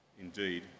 Indeed